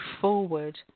forward